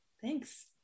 Thanks